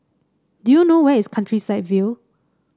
do you know where is Countryside View